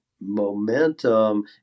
momentum